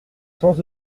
sans